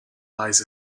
lies